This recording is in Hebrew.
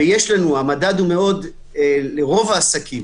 לרוב העסקים